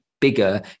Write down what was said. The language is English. bigger